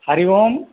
हरिः ओम्